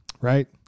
Right